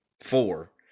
Four